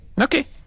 Okay